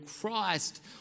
Christ